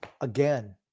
Again